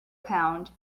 pound